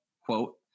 quote